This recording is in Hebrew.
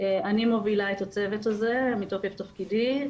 אני מובילה את הצוות הזה מתוקף תפקידי.